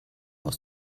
aus